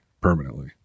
permanently